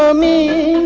um me